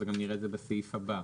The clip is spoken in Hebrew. גם נראה את זה בסעיף הבא.